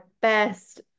best